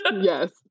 yes